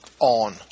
on